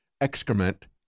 excrement